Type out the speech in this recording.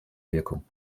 wirkung